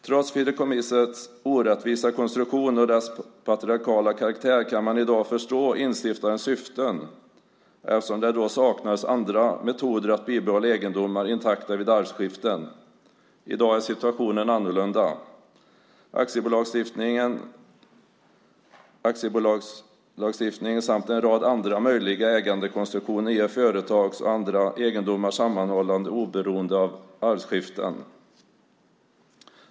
Trots fideikommissets orättvisa konstruktion och dess patriarkala karaktär kan man i dag förstå instiftarnas syften eftersom det då saknades andra metoder för att behålla egendomar intakta vid arvskiften. I dag är situationen annorlunda. Aktiebolagslagstiftningen samt en rad andra möjliga ägandekonstruktioner gör företags och andra egendomars sammanhållande oberoende av arvskiften.